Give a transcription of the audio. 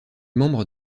membre